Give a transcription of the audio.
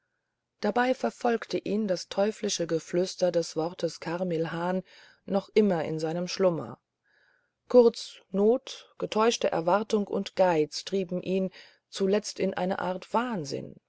dabei verfolgte ihn das teuflische geflüster des wortes carmilhan noch immer in seinem schlummer kurz not getäuschte erwartung und geiz trieben ihn zuletzt zu einer art von wahnsinn